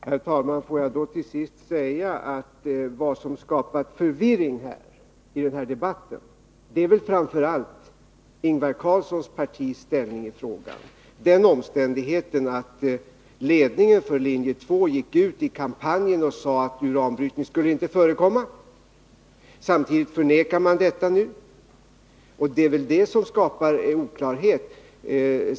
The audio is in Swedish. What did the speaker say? Herr talman! Får jag till sist säga att vad som skapat förvirring i den här debatten väl framför allt är inställningen från Ingvar Carlssons parti. Ledningen för linje 2 gick ut i folkomröstningskampanjen och sade att uranbrytning inte skulle förekomma. Detta förnekar man nu. Det är väl det som skapar oklarhet.